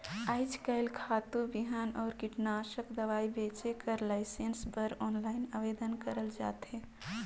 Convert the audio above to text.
आएज काएल खातू, बीहन अउ कीटनासक दवई बेंचे कर लाइसेंस बर आनलाईन आवेदन करल जाथे